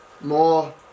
more